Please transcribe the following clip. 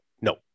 no